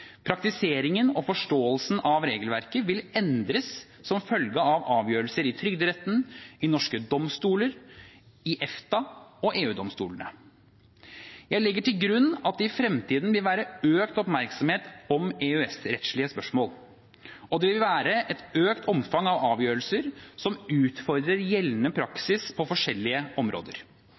Praktiseringen og forståelsen av regelverket vil endres som følge av avgjørelser i Trygderetten, i norske domstoler, i EFTA- og EU-domstolene. Jeg legger til grunn at det i fremtiden vil være økt oppmerksomhet om EØS-rettslige spørsmål, og det vil være et økt omfang av avgjørelser som utfordrer gjeldende praksis på forskjellige områder.